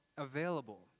available